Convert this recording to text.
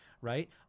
right